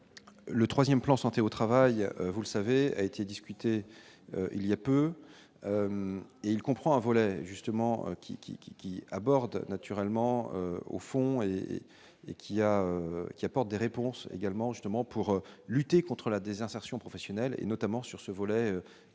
le 3ème plan santé au travail, vous le savez, a été discutée il y a peu, il comprend un volet justement qui qui qui qui aborde naturellement au fond et et qu'il y a, il apporte des réponses également justement pour lutter contre la désinsertion professionnelle et notamment sur ce volet des